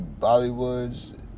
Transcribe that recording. Bollywoods